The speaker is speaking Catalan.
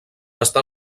està